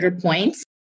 points